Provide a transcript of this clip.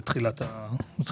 שדיברנו עליו בתחילת הדיון.